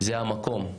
זה המקום.